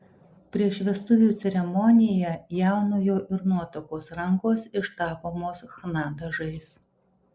prieš vestuvių ceremoniją jaunojo ir nuotakos rankos ištapomos chna dažais